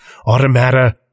automata